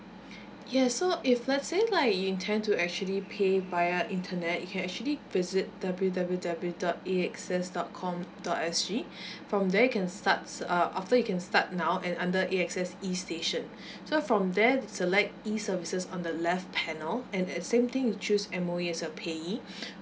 yes so if let's say like you intend to actually pay via internet you can actually visit W W W dot E access dot com dot S G from there you can starts uh after you can start now and under A_X_S E station so from there select E services on the left panel and at that same thing you choose M_O_E as a payee